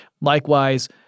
Likewise